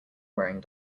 wearing